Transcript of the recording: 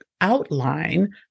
outline